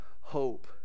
hope